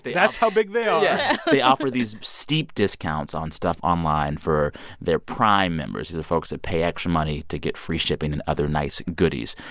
that's how big they are yeah they offer these steep discounts on stuff online for their prime members, the folks who pay extra money to get free shipping and other nice goodies.